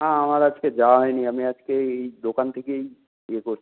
হ্যাঁ আমার আজকে যাওয়া হয়নি আমি আজকে এই দোকান থেকেই ইয়ে করছি